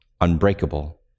unbreakable